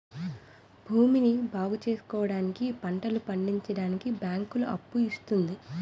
భూమిని బాగుచేసుకోవడానికి, పంటలు పండించడానికి బ్యాంకులు అప్పులు ఇస్తుంది